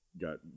got